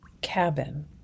Cabin